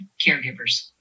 caregivers